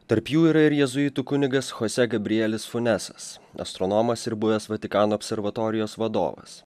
tarp jų yra ir jėzuitų kunigas chose gabrielis funesas astronomas ir buvęs vatikano observatorijos vadovas